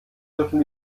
dürfen